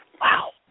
Wow